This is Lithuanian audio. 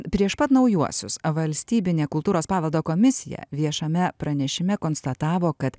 prieš pat naujuosius valstybinė kultūros paveldo komisija viešame pranešime konstatavo kad